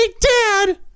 dad